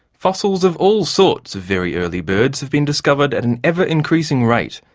fossils of all sorts of very early birds have been discovered at an ever increasing rate,